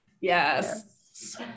Yes